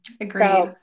Agreed